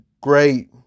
great